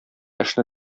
эшне